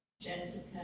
Jessica